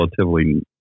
relatively